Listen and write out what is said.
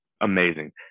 amazing